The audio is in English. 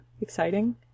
exciting